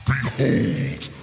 Behold